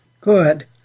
Good